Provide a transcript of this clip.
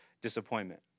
disappointment